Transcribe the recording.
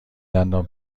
دندان